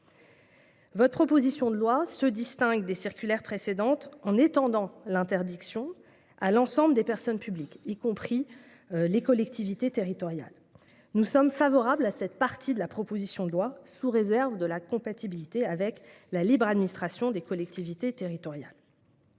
Votre proposition de loi se distingue des circulaires précédentes en étendant l’interdiction à l’ensemble des personnes publiques, y compris les collectivités territoriales. Nous sommes favorables à cette partie de la proposition de loi, sous réserve de sa compatibilité avec la libre administration des collectivités territoriales.